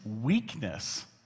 weakness